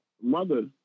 mother